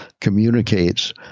communicates